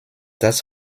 das